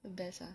the best ah